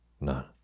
None